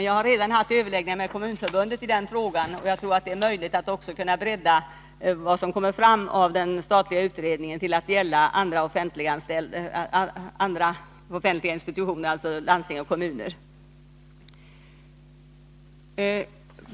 Jag har redan haft överläggningar med Kommunförbundet i den frågan, och jag tror att det är möjligt att också bredda det som kommer fram av den statliga utredningen till att gälla andra offentliga institutioner, landsting och kommuner.